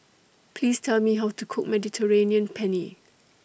Please Tell Me How to Cook Mediterranean Penne